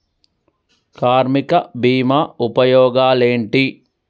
కార్మిక బీమా ఉపయోగాలేంటి?